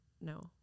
no